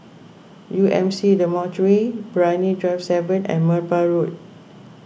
U M C Dormitory Brani Drive seven and Merbau Road